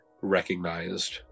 recognized